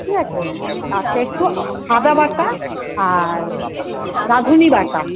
ঠিক আছে আচ্ছা একটু আদা বাটা আর রাধুনি বাটা